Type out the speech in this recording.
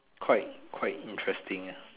quite quite interesting ah